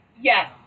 Yes